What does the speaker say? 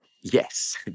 yes